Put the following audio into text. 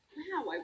wow